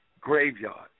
graveyard